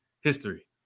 history